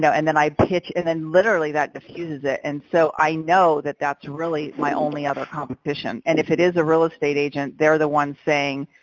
and then i pitch and then literally that diffuses it. and so i know that that's really my only other competition. and if it is a real estate agent, they're the ones saying,